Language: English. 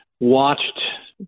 Watched